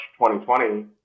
2020